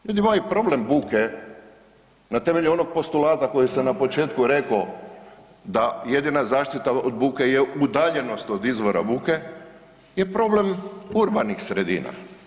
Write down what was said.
Ljudi moji, problem buke na temelju onog postulata koji sam na početku reko da jedina zaštita od buke je udaljenost od izvora buke je problem urbanih sredina.